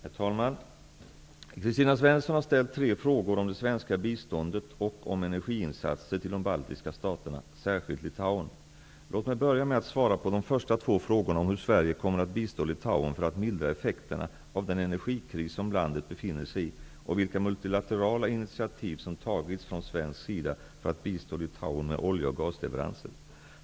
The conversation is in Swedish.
Herr talman! Kristina Svensson har ställt tre frågor om det svenska biståndet och om energiinsatser till de baltiska staterna, särskilt Litauen. Låt mig börja med att svara på de första två frågorna om hur Sverige kommer att bistå Litauen för att mildra effekterna av den energikris som landet befinner sig i, och vilka multilaterala initiativ som tagits från svensk sida för att bistå Litauen med olje och gasleveranser.